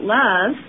love